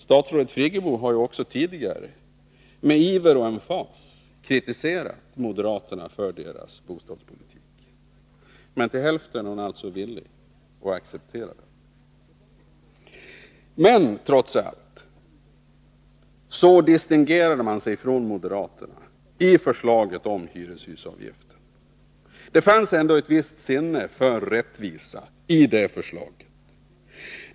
Statsrådet Friggebo har också tidigare med iver och emfas kritiserat moderaterna för deras bostadspolitik. Men till hälften är hon alltså villig att acceptera den. Trots allt avlägsnade man sig dock från moderaterna i förslaget om hyreshusavgiften. Det finns ändå ett visst sinne för rättvisa i det här förslaget.